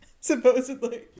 Supposedly